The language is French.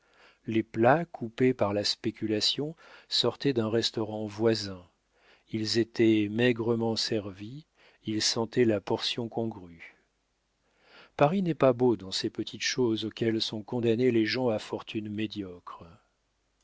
les plats coupés par la spéculation sortaient d'un restaurant voisin ils étaient maigrement servis ils sentaient la portion congrue paris n'est pas beau dans ces petites choses auxquelles sont condamnés les gens à fortune médiocre